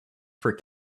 for